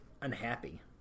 unhappy